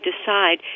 decide